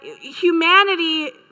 humanity